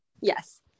Yes